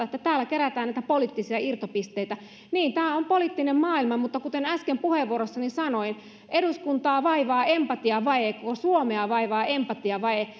että täällä kerätään poliittisia irtopisteitä niin tämä on poliittinen maailma mutta kuten äsken puheenvuorossani sanoin eduskuntaa vaivaa empatiavaje koko suomea vaivaa empatiavaje